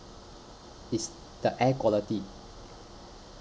is the air quality